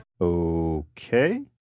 Okay